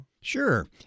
Sure